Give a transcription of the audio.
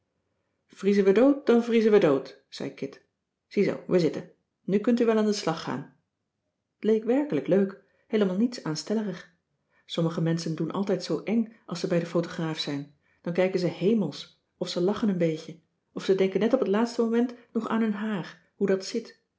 vriezen we dood dan vriezen we dood zei kit ziezoo we zitten nu kunt u wel aan den slag gaan t leek werkelijk leuk heelemaal niets aanstellerig sommige menschen doen altijd zoo eng als ze bij den photograaf zijn dan kijken ze hemelsch of ze lachen een beetje of ze denken net op t laatste moment nog aan hun haar hoe dat zit